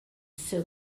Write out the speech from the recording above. seu